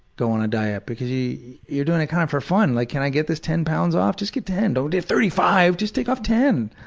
go on a diet because you're doing it kind of for fun, like can i get this ten pounds off? just get ten. don't do thirty five, just take off ten.